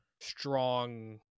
strong